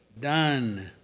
done